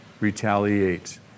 retaliate